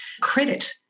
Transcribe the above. credit